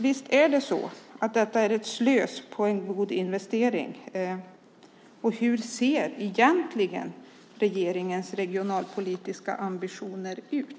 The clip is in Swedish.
Visst vore det slöseri! Det var en god investering. Det behövs fortfarande regionalpolitik i norra Värmland. Hur ser egentligen regeringens regionalpolitiska ambitioner ut?